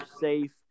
safe